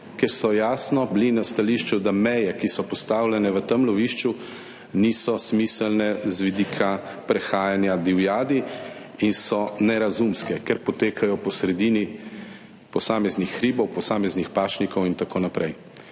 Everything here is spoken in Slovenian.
kjer so jasno bili na stališču, da meje, ki so postavljene v tem lovišču niso smiselne z vidika prehajanja divjadi in so nerazumske, ker potekajo po sredini posameznih hribov, posameznih pašnikov in tako naprej.